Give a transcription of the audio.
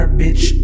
bitch